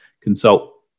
consult